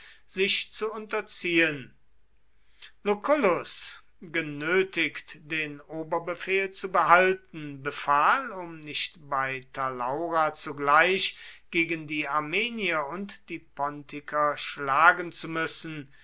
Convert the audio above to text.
sich zu unterziehen lucullus genötigt den oberbefehl zu behalten befahl um nicht bei talaura zugleich gegen die armenier und die pontiker schlagen zu müssen